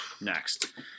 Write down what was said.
Next